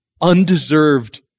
undeserved